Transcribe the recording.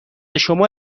شما